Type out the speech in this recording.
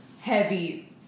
heavy